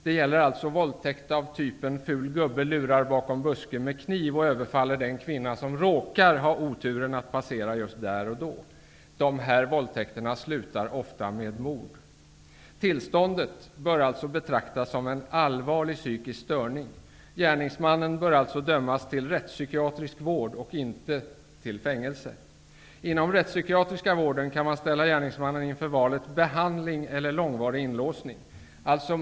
Det gäller våldtäkt t.ex. av den typ där ful gubbe lurar bakom busken med kniv och överfaller den kvinna som råkar ha oturen att passera just där, och dessa våldtäkter slutar ofta med mord. Gärningsmännen bör betraktas som allvarligt psykiskt störda. De bör därför dömas till rättspsykiatrisk vård och inte till fängelse. Inom den rättspsykiatriska vården kan man ställa gärningsmannen inför ett val mellan behandling eller långvarig inlåsning.